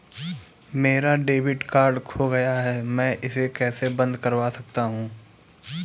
मेरा debit card खो गया है मैं इसे कैसे बंद करवा सकता हूँ?